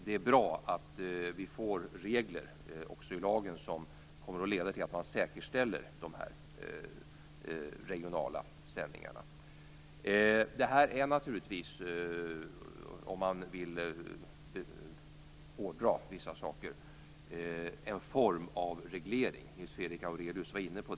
Det är bra att vi får regler också i lagen som kommer att leda till att man säkerställer dessa regionala sändningar. Det här är naturligtvis, om man vill hårdra vissa saker, en form av reglering, som Nils Fredrik Aurelius var inne på.